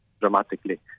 dramatically